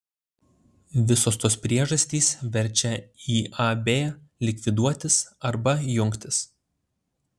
visos tos priežastys verčia iab likviduotis arba jungtis